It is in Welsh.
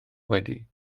wedi